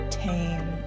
tame